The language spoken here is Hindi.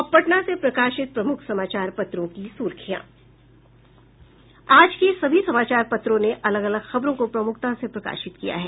अब पटना से प्रकाशित प्रमुख समाचार पत्रों की सुर्खियां आज के सभी समाचार पत्रों ने अलग अलग खबरों को प्रमुखता से प्रकाशित किया है